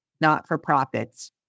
not-for-profits